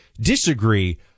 disagree